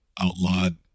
outlawed